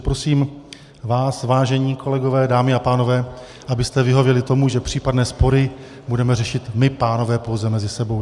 Prosím vás, vážení kolegové, dámy a pánové, abyste vyhověli tomu, že případné spory budeme řešit my, pánové, pouze mezi sebou.